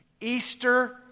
Easter